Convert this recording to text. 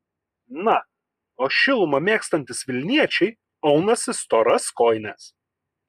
na o šilumą mėgstantys vilniečiai aunasi storas kojines